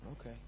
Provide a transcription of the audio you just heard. Okay